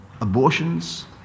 Abortions